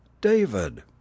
david